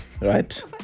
right